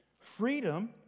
Freedom